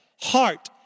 Heart